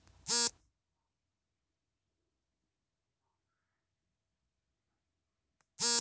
destructive ಮಾದರಿ ವಿಧಾನವನ್ನು ಬೌದ್ಧಿಕ ವಿಶ್ಲೇಷಣೆ ಮತ್ತು ವಸ್ತು ಪರೀಕ್ಷೆ ಎಂದು ಸಹ ಕರಿತಾರೆ